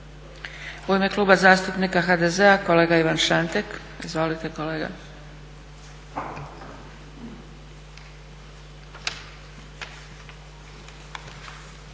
U ime Kluba zastupnika HDZ-a kolega Ivan Šantek. Izvolite kolega.